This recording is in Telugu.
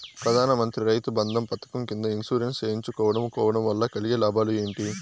ప్రధాన మంత్రి రైతు బంధు పథకం కింద ఇన్సూరెన్సు చేయించుకోవడం కోవడం వల్ల కలిగే లాభాలు ఏంటి?